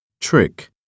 trick